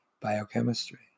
Biochemistry